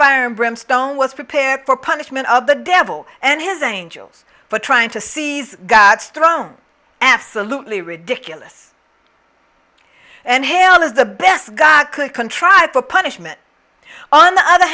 and brimstone was prepared for punishment of the devil and his angels for trying to seize god's throne absolutely ridiculous and hell is the best god could contrive for punishment on the other